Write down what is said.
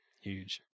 huge